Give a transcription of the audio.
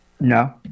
No